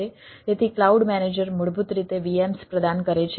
તેથી cloud manager મૂળભૂત રીતે VMs પ્રદાન કરે છે